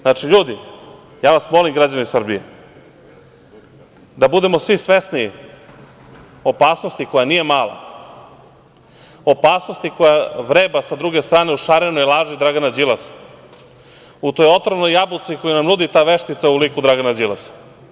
Znači, ljudi, ja vas molim građani Srbije, da budemo svi svesni opasnosti koja nije mala, opasnosti koja vreba sa druge strane u šarenoj laži Dragana Đilasa, u toj otrovnoj jabuci koju nam nudi ta veštica u liku Dragana Đilasa.